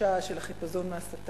התחושה של החיפזון מהשטן.